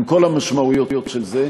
עם כל המשמעויות של זה,